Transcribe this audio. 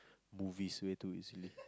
movies way too easily